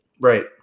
Right